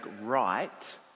right